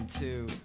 Two